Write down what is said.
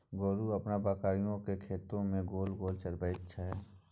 गोलू अपन बकरीकेँ खेत मे गोल गोल चराबैत छै